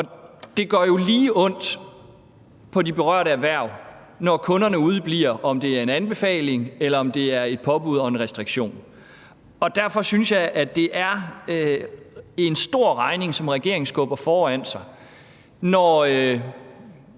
det gør jo lige ondt på de berørte erhverv, når kunderne udebliver, uanset om det er en anbefaling, eller om det er et påbud og en restriktion. Derfor synes jeg, at det er en stor regning, som regeringen skubber foran sig. Når